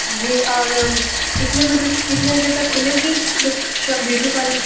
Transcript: جی اور کتنے بجے سے کتنے بجے تک کُھلے گی شاپ بیوٹی پارلر